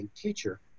teacher